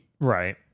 right